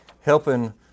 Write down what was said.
helping